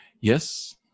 Yes